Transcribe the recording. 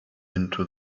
into